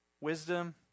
wisdom